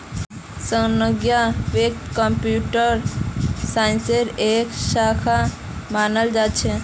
संगणकीय वित्त कम्प्यूटर साइंसेर एक शाखा मानाल जा छेक